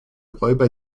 räuber